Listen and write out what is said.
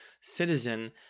citizen